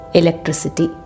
electricity